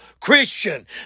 Christian